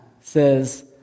says